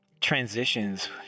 transitions